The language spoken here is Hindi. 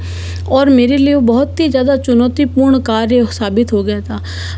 और मेरे लिए वो बहुत ही ज़्यादा चुनौतीपूर्ण कार्य साबित हो गया था